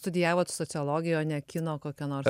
studijavot sociologiją o ne kino kokią nors